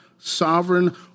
sovereign